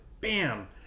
Bam